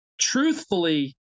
Truthfully